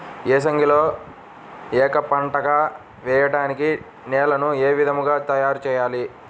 ఏసంగిలో ఏక పంటగ వెయడానికి నేలను ఏ విధముగా తయారుచేయాలి?